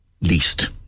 least